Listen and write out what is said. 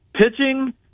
Pitching